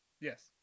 Yes